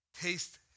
Taste